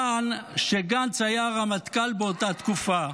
מכיוון שגנץ היה רמטכ"ל באותה תקופה,